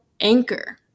Anchor